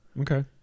Okay